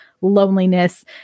loneliness